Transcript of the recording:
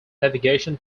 navigation